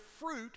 fruit